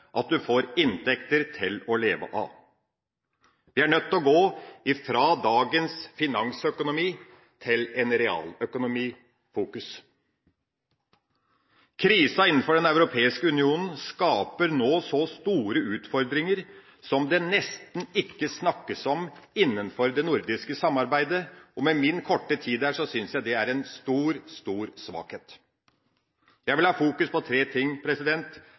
får inntekter til å leve av. Vi er nødt til å gå over fra dagens fokusering på finansøkonomi til å fokusere på realøkonomi. Krisa innafor Den europeiske union skaper nå store utfordringer som det nesten ikke snakkes om innafor det nordiske samarbeidet, og det synes jeg er en stor, stor svakhet. Jeg vil fokusere på tre ting: